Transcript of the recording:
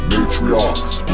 Matriarchs